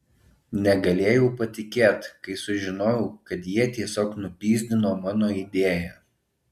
negalėjau patikėt kai sužinojau kad jie tiesiog nupyzdino mano idėją